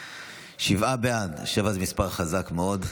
שבעה בעד, שבע זה מספר חזק מאוד,